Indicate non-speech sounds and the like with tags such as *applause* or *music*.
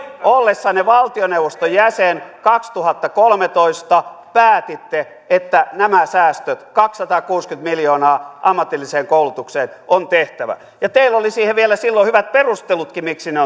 ollessanne valtioneuvoston jäsen kaksituhattakolmetoista päätitte että nämä säästöt kaksisataakuusikymmentä miljoonaa ammatilliseen koulutukseen on tehtävä ja teillä oli vielä silloin hyvät perustelutkin miksi ne *unintelligible*